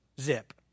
Zip